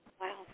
Wow